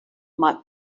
might